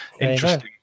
interesting